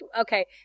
okay